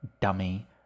dummy